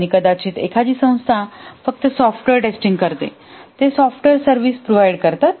आणि कदाचित एखादी संस्था फक्त सॉफ्टवेअर टेस्टिंगकरते आणि ते सॉफ्टवेअर सर्व्हिस प्रोव्हाइड करतात